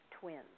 Twins